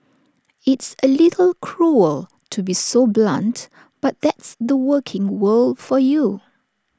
it's A little cruel to be so blunt but that's the working world for you